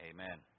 Amen